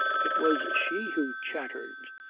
it was she who chattered,